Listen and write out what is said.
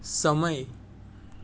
સમય